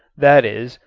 that is,